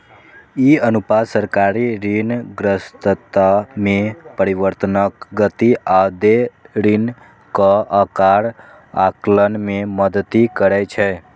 ई अनुपात सरकारी ऋणग्रस्तता मे परिवर्तनक गति आ देय ऋणक आकार आकलन मे मदति करै छै